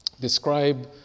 describe